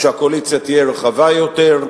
שהקואליציה תהיה רחבה יותר,